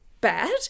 bad